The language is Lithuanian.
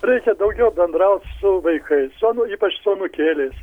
reikia daugiau bendraut su vaikais su anu ypač su anūkėliais